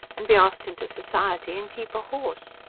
and be asked into society, and keep a horse.